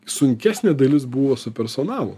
sunkesnė dalis buvo su personalu